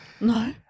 No